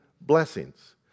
blessings